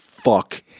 fuck